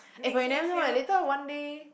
eh but you never know eh later one day